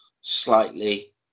slightly